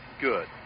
Good